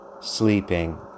sleeping